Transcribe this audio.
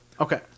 Okay